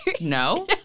no